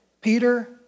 Peter